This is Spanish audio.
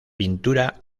pintura